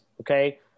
Okay